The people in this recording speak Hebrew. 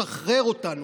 שחרר אותנו,